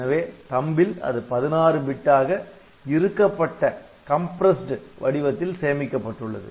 எனவே THUMB ல் அது 16 பிட்டாக இறுக்கப்பட்ட வடிவத்தில் சேமிக்கப்பட்டுள்ளது